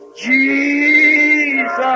Jesus